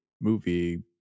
movie